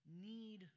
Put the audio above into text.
need